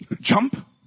Jump